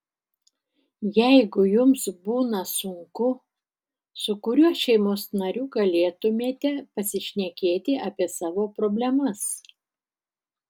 jeigu jums būna sunku su kuriuo šeimos nariu galėtumėte pasišnekėti apie savo problemas